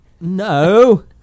No